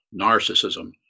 narcissism